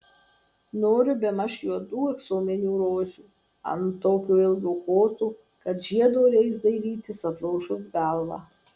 noriu bemaž juodų aksominių rožių ant tokio ilgo koto kad žiedo reiks dairytis atlošus galvą